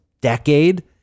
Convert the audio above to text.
decade